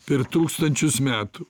per tūkstančius metų